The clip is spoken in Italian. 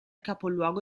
capoluogo